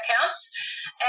accounts